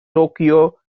tokyo